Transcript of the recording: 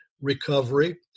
recovery